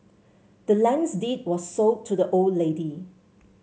the land's deed was sold to the old lady